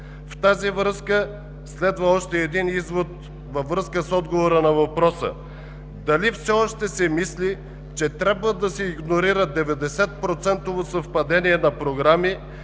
В тази връзка следва още един извод във връзка с отговора на въпроса: дали все още се мисли, че трябва да се игнорира 90 процентово съвпадение на програми